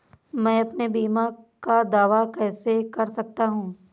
मैं अपने बीमा का दावा कैसे कर सकता हूँ?